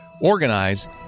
organize